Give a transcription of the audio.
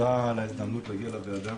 תודה על ההזדמנות להגיע לוועדה